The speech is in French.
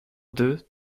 deux